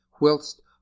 whilst